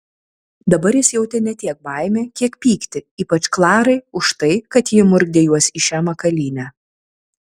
dabar jis jautė ne tiek baimę kiek pyktį ypač klarai už tai kad ji įmurkdė juos į šią makalynę